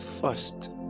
first